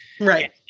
right